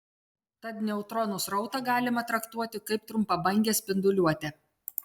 tad neutronų srautą galima traktuoti kaip trumpabangę spinduliuotę